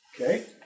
Okay